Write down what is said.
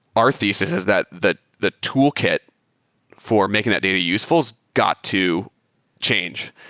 our thesis is that the the toolkit for making that data useful has got to change.